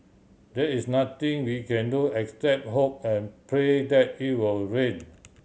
there is nothing we can do except hope and pray that it will rain